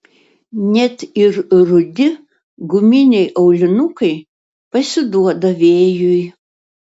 net ir rudi guminiai aulinukai pasiduoda vėjui